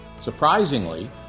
Surprisingly